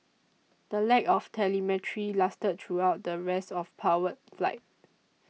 the lack of telemetry lasted throughout the rest of powered flight